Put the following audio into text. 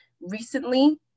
recently